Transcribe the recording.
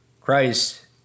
Christ